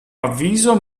avviso